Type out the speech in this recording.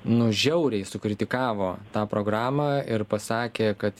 nu žiauriai sukritikavo tą programą ir pasakė kad